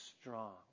strong